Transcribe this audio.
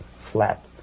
flat